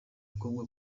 bakobwa